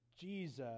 Jesus